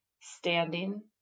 standing